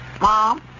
Mom